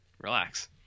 Relax